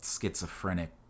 schizophrenic